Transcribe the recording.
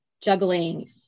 juggling